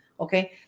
Okay